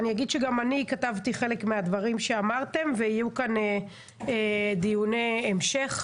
גם אני כתבתי חלק מהדברים שאמרתם ויהיו כאן דיוני המשך.